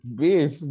beef